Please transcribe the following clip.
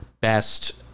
best